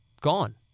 Gone